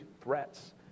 threats